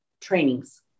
trainings